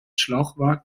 schlauchwagen